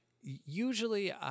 usually